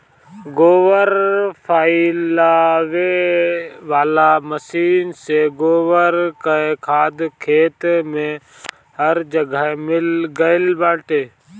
गोबर फइलावे वाला मशीन से गोबर कअ खाद खेत में हर जगह मिल गइल बाटे